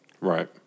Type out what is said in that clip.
Right